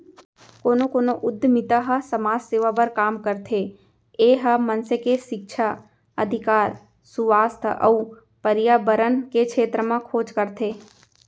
कोनो कोनो उद्यमिता ह समाज सेवा बर काम करथे ए ह मनसे के सिक्छा, अधिकार, सुवास्थ अउ परयाबरन के छेत्र म खोज करथे